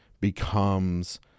becomes